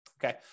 Okay